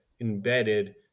embedded